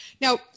Now